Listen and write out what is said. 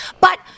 But-